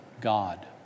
God